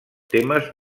temes